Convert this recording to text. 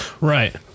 Right